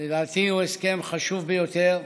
לדעתי הוא הסכם חשוב ביותר,